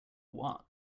what